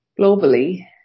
globally